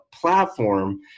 Platform